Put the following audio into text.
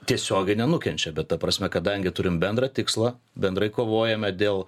tiesiogiai nenukenčia bet ta prasme kadangi turim bendrą tikslą bendrai kovojame dėl